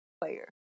player